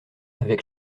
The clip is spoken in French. avec